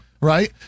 right